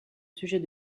sujet